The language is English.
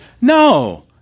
no